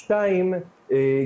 שניים,